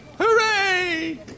Hooray